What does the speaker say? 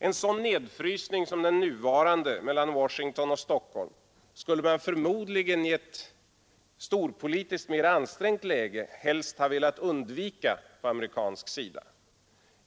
En sådan nedfrysning som den nuvarande mellan Washington och Stockholm skulle man förmodligen — i ett storpolitiskt mera ansträngt läge — helst ha velat undvika på amerikansk sida.